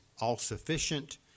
all-sufficient